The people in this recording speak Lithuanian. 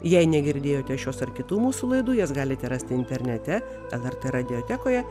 jei negirdėjote šios ar kitų mūsų laidų jas galite rasti internete lrt radiotekoje